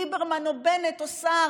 ליברמן או בנט או סער,